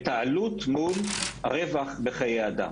ואת העלות מול רווח בחיי אדם.